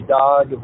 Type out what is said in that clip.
dog